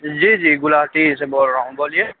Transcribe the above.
جی جی گُلاٹی ہی سے بول رہا ہوں بولیے